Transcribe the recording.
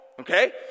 okay